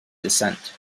descent